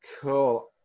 cool